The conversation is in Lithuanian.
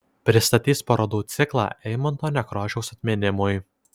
pristatys parodų ciklą eimunto nekrošiaus atminimui